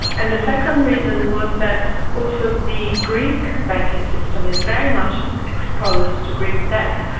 and the second reason was that also the greek banking system is very much exposed to greek debt,